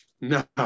No